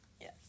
Yes